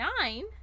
nine